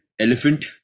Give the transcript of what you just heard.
elephant